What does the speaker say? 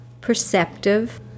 perceptive